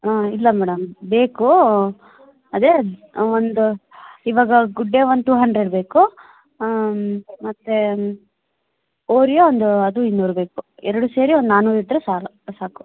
ಹಾಂ ಇಲ್ಲ ಮೇಡಮ್ ಬೇಕು ಅದೇ ಒಂದು ಇವಾಗ ಗುಡ್ಡೇ ಒಂದು ಟು ಹಂಡ್ರೆಡ್ ಬೇಕು ಮತ್ತೆ ಓರಿಯೋ ಒಂದು ಅದು ಇನ್ನೂರು ಬೇಕು ಎರಡು ಸೇರಿ ಒಂದು ನಾನ್ನೂರು ಇದ್ದರೆ ಸಾಲ ಸಾಕು